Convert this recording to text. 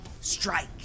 Strike